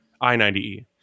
I-90E